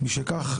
משכך,